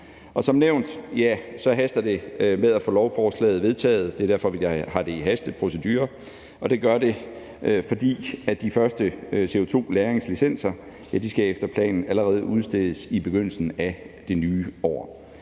Som nævnt haster det med at få lovforslaget vedtaget. Det er derfor, vi har det i hasteprocedure. Det gør det, fordi de første CO2-lagringslicenser efter planen allerede skal udstedes i begyndelsen af det nye år.